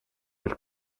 del